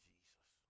Jesus